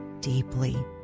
deeply